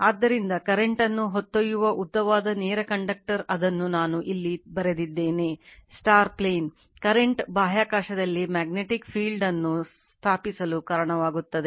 ಆದ್ದರಿಂದ ಕರೆಂಟ್ ಅನ್ನು ಹೊತ್ತೊಯ್ಯುವ ಉದ್ದವಾದ ನೇರ ಕಂಡಕ್ಟರ್ ಅದನ್ನು ನಾನು ಇಲ್ಲಿ ಬರೆದಿದ್ದೇನೆ ಪ್ಲೇನ್ ಕರೆಂಟ್ ಬಾಹ್ಯಾಕಾಶದಲ್ಲಿ ಮ್ಯಾಗ್ನೆಟಿಕ್ ಫೀಲ್ಡ್ ನ್ನು ಸ್ಥಾಪಿಸಲು ಕಾರಣವಾಗುತ್ತದೆ